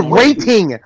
rating